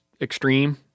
Extreme